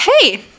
hey